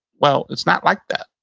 well, it's not like that.